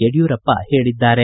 ಯಡ್ಕೂರಪ್ಪ ಹೇಳಿದ್ದಾರೆ